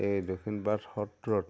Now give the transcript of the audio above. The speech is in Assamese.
এই দক্ষিণপাট সত্ৰত